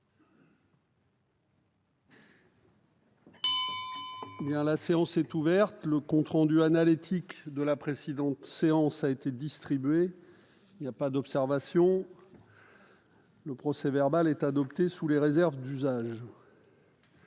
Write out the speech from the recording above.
La séance est ouverte. Le compte rendu analytique de la précédente séance a été distribué. Il n'y a pas d'observation ?... Le procès-verbal est adopté sous les réserves d'usage.